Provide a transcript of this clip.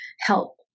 help